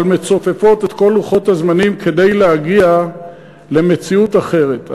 אבל מצופפות את כל לוחות הזמנים כדי להגיע למציאות אחרת.